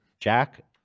Jack